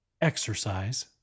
exercise